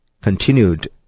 continued